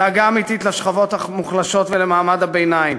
דאגה אמיתית לשכבות המוחלשות ולמעמד הביניים.